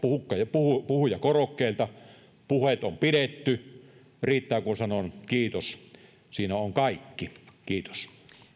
puhujakorokkeelta puheet on pidetty riittää kun sanon kiitos siinä on kaikki kiitos